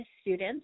students